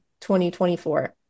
2024